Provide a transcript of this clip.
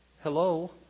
Hello